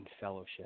fellowship